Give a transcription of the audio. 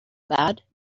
bad